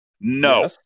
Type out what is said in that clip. No